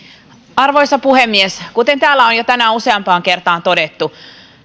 arvoisa puhemies kuten täällä on jo tänään useampaan kertaan todettu